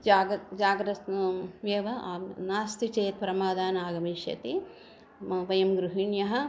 जाग जागरणम् एव नास्ति चेत् प्रमादाः आगमिष्यन्ति वयं म गृहिण्यः